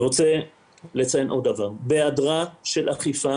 אני מבקש לציין עוד דבר, בהעדרה של אכיפה